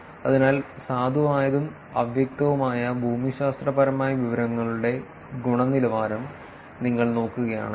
അതിനാൽ സാധുവായതും അവ്യക്തവുമായ ഭൂമിശാസ്ത്രപരമായ വിവരങ്ങളുടെ ഗുണനിലവാരം നിങ്ങൾ നോക്കുകയാണെങ്കിൽ